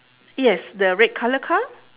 yes the red colour car